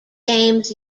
games